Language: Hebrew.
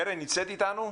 קרן נמצאת איתנו?